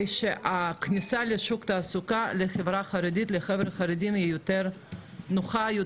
שהכניסה לשוק התעסוקה לחברה החרדית תהיה יותר נוחה,